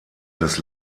des